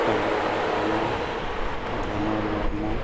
ᱯᱟᱹᱰᱩ ᱢᱩᱨᱢᱩ ᱫᱷᱚᱱᱩ ᱢᱩᱨᱢᱩ